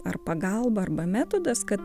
ar pagalba arba metodas kad